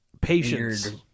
Patience